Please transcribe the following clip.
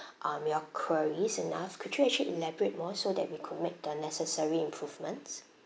um your queries enough could you actually elaborate more so that we could make the necessary improvements